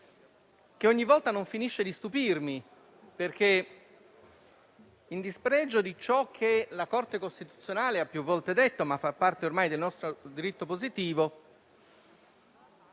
che ogni volta non finisce di stupirmi perché, in spregio di ciò che la Corte costituzionale ha più volte precisato - ma fa parte ormai del nostro diritto positivo